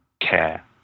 care